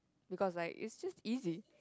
because like it's just easy